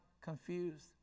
confused